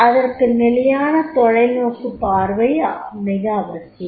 அதற்கு நிலையான தொலைநோக்கு பார்வை மிக அவசியம்